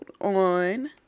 on